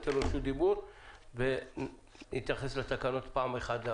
אני אתן לו רשות דיבור ויתייחס לתקנות פעם אחת.